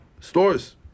stores